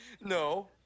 no